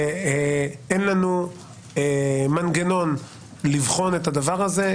אין לנו מנגנון לבחון את הדבר הזה,